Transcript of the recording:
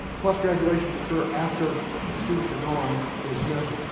plus graduations occur after the students are gone for the semester.